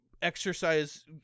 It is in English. exercise